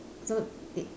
so it